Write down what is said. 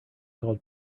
called